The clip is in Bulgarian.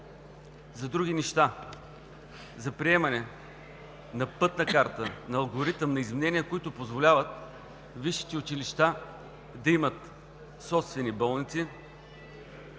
за други неща: за приемане на Пътна карта, на алгоритъм на изменения, които позволяват висшите училища да имат собствени болници.